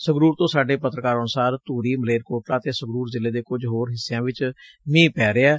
ਸੰਗਰੂਰ ਤੋਂ ਸਾਡੇ ਪੱਤਰਕਾਰ ਅਨੁਸਾਰ ਧੂਰੀ ਮਲੇਰਕੋਟਲਾ ਅਤੇ ਸੰਗਰੂਰ ਜ਼ਿਲ਼ੇ ਦੇ ਕੁਝ ਹੋਰ ਹਿੱਸਿਆ ਵਿਚ ਮੀ'ਹ ਪੈ ਰਿਹੈ